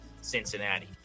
Cincinnati